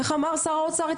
כמו שאמר שר האוצר.